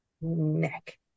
neck